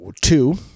two